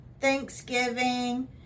Thanksgiving